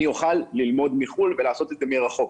אוכל ללמוד מחו"ל ולעשות את זה מרחוק.